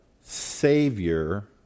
Savior